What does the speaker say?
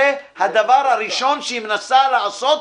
זה הדבר הראשון שהיא מנסה לעשות,